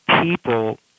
people